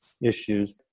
issues